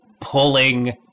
pulling